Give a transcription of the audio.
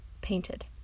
painted